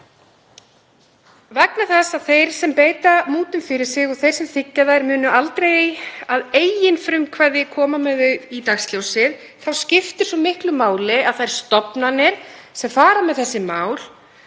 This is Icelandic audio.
Vegna þess að þeir sem beita mútum fyrir sig og þeir sem þiggja þær munu aldrei að eigin frumkvæði koma með þær í dagsljósið þá skiptir svo miklu máli að þær stofnanir sem fara með þessi mál